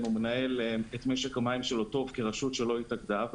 את משק המים שלו טוב כרשות שלא התאגדה,